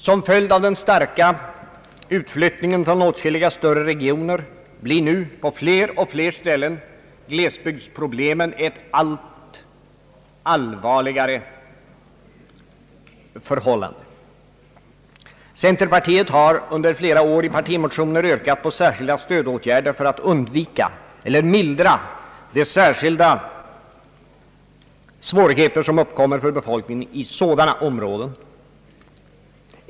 Som följd av den starka utfiyttningen från åtskilliga större regioner blir nu på fler och fler ställen glesbygdsproblemen av allt allvarligare karaktär. Centerpartiet har under flera år i partimotioner yrkat på särskilda stödåtgärder för att undvika eller mildra de särskilda svårigheter som uppkommer för befolkningen i sådana områden.